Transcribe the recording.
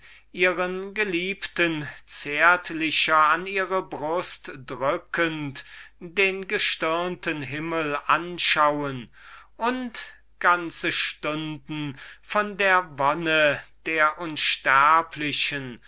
ihren geliebten zärtlicher an ihre brust drückend den gestirnten himmel anschauen und ganze stunden von der wonne der unsterblichen